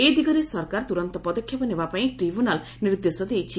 ଏ ଦିଗରେ ସରକାର ତୁରନ୍ତ ପଦକ୍ଷେପ ନେବା ପାଇଁ ଟ୍ରିବ୍ୟୁନାଲ୍ ନିର୍ଦ୍ଦେଶ ଦେଇଛି